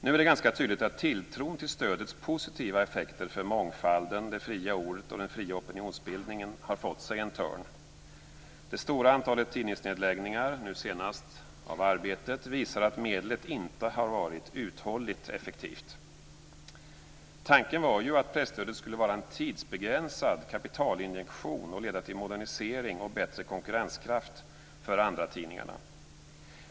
Nu är det ganska tydligt att tilltron till stödets positiva effekter för mångfalden, det fria ordet och den fria opinionsbildningen har fått sig en törn. Det stora antalet tidningsnedläggningar - nu senast av Arbetet - visar att medlet inte har varit uthålligt effektivt. Tanken var ju att presstödet skulle vara en tidsbegränsad kapitalinjektion och leda till modernisering och bättre konkurrenskraft för andratidningarna.